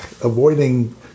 avoiding